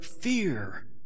fear